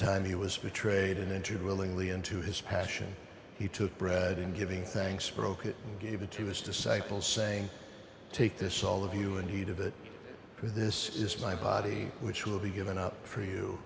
time he was betrayed and entered willingly into his passion he took bread and giving thanks broke it gave it to his disciples saying take this all of you and he did it for this is my body which will be given out for you